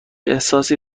احساسی